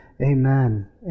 Amen